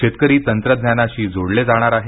शेतकरी तंत्रज्ञानाशी जोडले जाणार आहेत